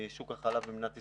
משוק החלב במדינת ישראל,